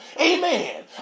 Amen